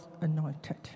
anointed